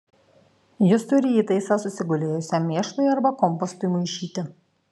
jis turi įtaisą susigulėjusiam mėšlui arba kompostui maišyti